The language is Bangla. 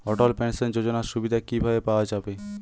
অটল পেনশন যোজনার সুবিধা কি ভাবে পাওয়া যাবে?